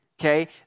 okay